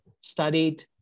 studied